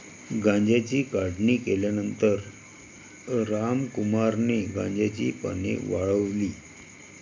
गांजाची काढणी केल्यानंतर रामकुमारने गांजाची पाने वाळवली